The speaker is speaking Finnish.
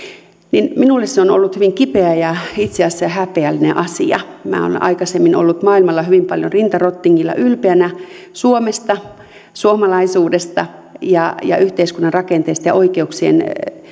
minulle se on ollut hyvin kipeä ja itse asiassa häpeällinen asia olen aikaisemmin ollut maailmalla hyvin paljon rinta rottingilla ylpeänä suomesta suomalaisuudesta ja ja yhteiskunnan rakenteista ja oikeuksista